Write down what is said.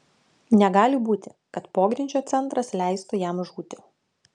negali būti kad pogrindžio centras leistų jam žūti